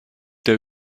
der